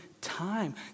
time